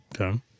okay